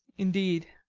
indeed.